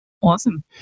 Awesome